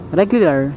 regular